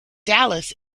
dallas